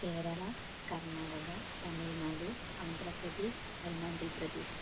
Kerala Karnataka Tamil Nadu Andhra Pradesh Arunachal Pradesh